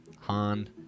Han